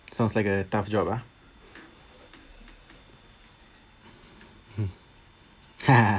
sounds like a tough job ah